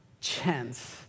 chance